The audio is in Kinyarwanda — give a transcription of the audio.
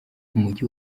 umujyi